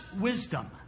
wisdom